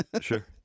Sure